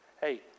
Hey